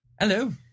Hello